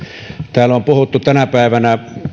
täällä salissa on puhuttu tänä päivänä